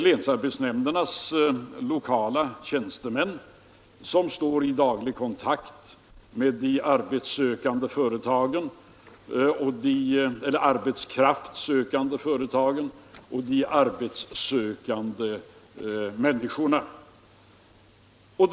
Länsarbetsnämndernas lokala tjänstemän står i daglig kontakt med de arbetskraftssökande företagen och de arbetssökande människorna.